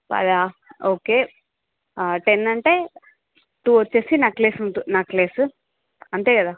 పదా okay ten అంటే two వచ్చేసి నెక్లెస్ ఉంటూ నెక్లెస్ అంతే కదా